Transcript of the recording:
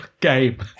Game